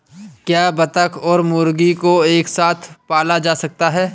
क्या बत्तख और मुर्गी को एक साथ पाला जा सकता है?